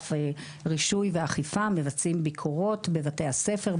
אגף רישוי ואכיפה מבצעים בבתי הספר,